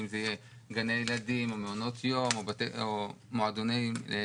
אם זה יהיה גני ילדים או מעונות יום או מועדונים לקשישים,